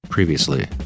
previously